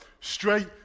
straight